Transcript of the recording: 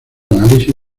análisis